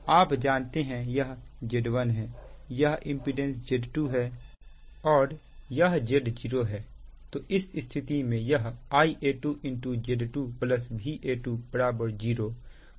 आप जानते हैं यह Z1 है यह इंपीडेंस Z2 है और यह Z0 है तो इस स्थिति में यह Ia2 Z2 Va2 0 हो जाएगा